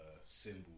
symbol